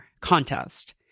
contest